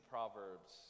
Proverbs